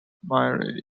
maria